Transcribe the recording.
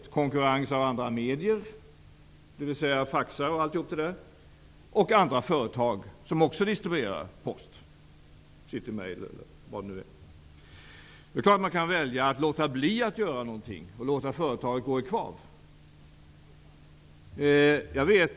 Det är konkurrens av andra medier, t.ex. fax, och av andra företag som också distribuerar post, t.ex. CityMail. Man kan naturligtvis välja att låta bli att göra någonting och låta företaget gå i kvav.